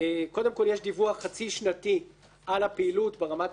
קודם כל יש דיווח חצי שנתי על הפעילות ברמת הפשטה